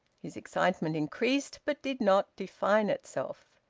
his excitement increased, but did not define itself.